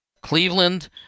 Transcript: Cleveland